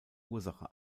ursache